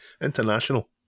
international